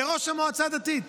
לראש מועצה דתית